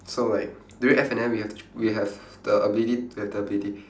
so like during F&N we have to ch~ we have the ability we have the ability